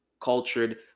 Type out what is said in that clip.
cultured